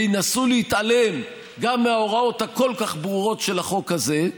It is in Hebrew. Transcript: וינסו להתעלם גם מההוראות הכל-כך ברורות של החוק הזה.